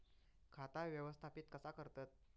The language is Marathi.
खाता व्यवस्थापित कसा करतत?